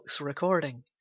recording